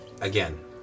again